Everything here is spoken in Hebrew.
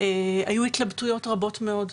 היו לנו התלבטויות רבות מאוד,